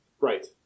Right